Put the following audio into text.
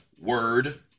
word